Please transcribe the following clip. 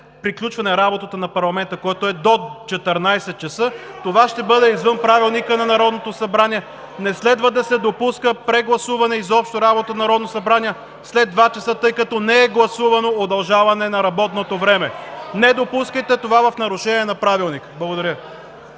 приключване работата на парламента, която е до 14,00 ч., това ще бъде извън Правилника на Народното събрание. Не следва да се допуска прегласуване и изобщо работа на Народното събрание след 14,00 ч., тъй като не е гласувано удължаване на работното време! (Реплики от ГЕРБ.) Не допускайте това в нарушение на Правилника. Благодаря.